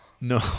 No